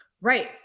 Right